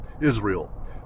Israel